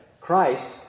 Christ